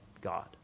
God